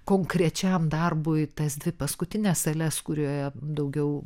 konkrečiam darbui tas dvi paskutines sales kur yra daugiau